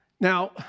Now